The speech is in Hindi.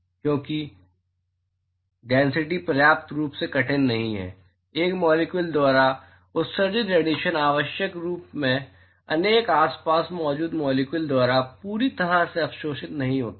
और क्योंकि डेनसिटी पर्याप्त रूप से कठिन नहीं है एक मॉलिक्यूल द्वारा उत्सर्जित रेडिएशन आवश्यक रूप से उनके आसपास मौजूद मॉलिक्यूल द्वारा पूरी तरह से अवशोषित नहीं होता है